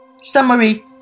Summary